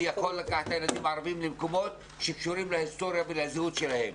אני יכול לקחת את הילדים הערבים למקומות שקשורים להיסטוריה ולזהות שלהם.